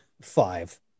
five